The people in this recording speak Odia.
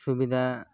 ସୁବିଧା